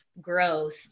growth